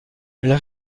elles